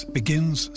begins